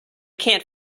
can’t